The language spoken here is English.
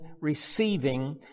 receiving